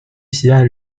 喜爱